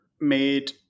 made